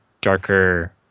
darker